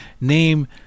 name